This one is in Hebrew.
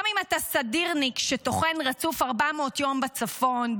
גם אם אתה סדירניק שטוחן רצוף 400 יום בצפון,